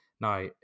now